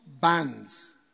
bands